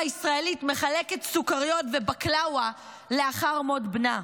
ישראלית מחלקת סוכריות ובקלאווה לאחר מות בנה.